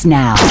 now